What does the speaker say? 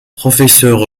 professeur